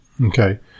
Okay